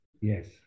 yes